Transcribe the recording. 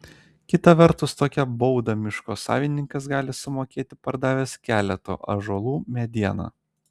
kita vertus tokią baudą miško savininkas gali sumokėti pardavęs keleto ąžuolų medieną